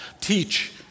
teach